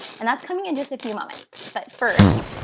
and that's coming in just a few moments. but first,